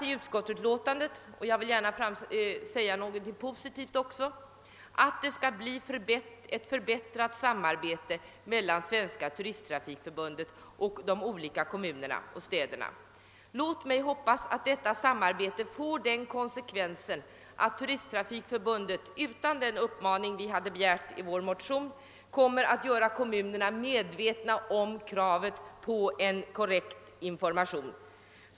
I utskottsutlåtandet skrivs — och jag vill gärna säga något positivt också — att samarbetet mellan Turisttrafikförbundet och de olika kommunerna och städerna skall förbättras. Jag hoppas att detta samarbete får den konsekvensen att Turisttrafikförbundet utan den uppmaning som vi har begärt i vår motion kommer att göra kommunerna medvetna om kravet på korrekt information.